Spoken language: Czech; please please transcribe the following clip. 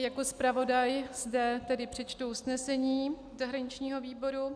Jako zpravodaj zde přečtu usnesení zahraničního výboru: